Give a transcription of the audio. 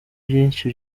byinshi